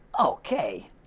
Okay